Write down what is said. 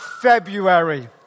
February